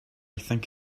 think